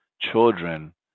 children